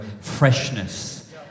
freshness